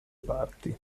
parti